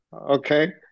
okay